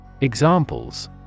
Examples